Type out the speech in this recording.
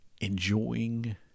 enjoying